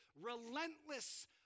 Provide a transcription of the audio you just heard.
relentless